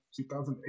2008